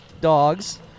dogs